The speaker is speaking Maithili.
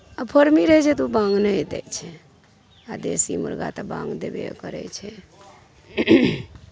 आ फौर्मी रहै छै तऽ ओ बाङ्ग नहि दै छै आ देशी मुर्गा तऽ बाङ्ग देबे करै छै